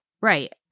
right